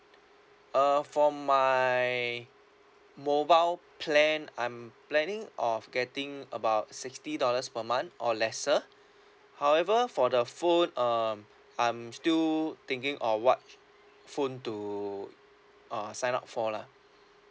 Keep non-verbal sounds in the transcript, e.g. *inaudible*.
uh for my mobile plan I'm planning of getting about sixty dollars per month or lesser *breath* however for the phone um I'm still thinking of what phone to uh sign up for lah *breath*